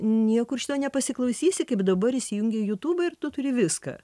niekur šito nepasiklausysi kaip dabar įsijungei jutubą ir tu turi viską